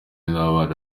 n’abana